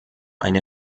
eine